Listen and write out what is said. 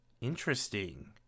Interesting